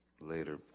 later